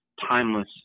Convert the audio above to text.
timeless